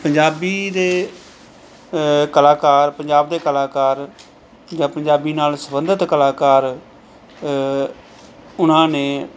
ਪੰਜਾਬੀ ਦੇ ਕਲਾਕਾਰ ਪੰਜਾਬ ਦੇ ਕਲਾਕਾਰ ਜਾਂ ਪੰਜਾਬੀ ਨਾਲ ਸੰਬੰਧਿਤ ਕਲਾਕਾਰ ਉਹਨਾਂ ਨੇ